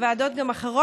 וגם בוועדות אחרות,